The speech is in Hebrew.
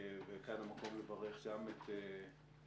וכאן המקום לברך גם את הממונה,